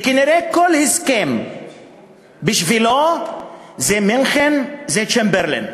וכנראה כל הסכם בשבילו זה מינכן, זה צ'מברליין.